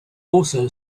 also